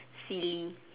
silly